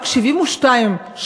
רק 72 שעות,